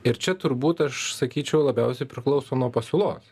ir čia turbūt aš sakyčiau labiausiai priklauso nuo pasiūlos